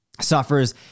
suffers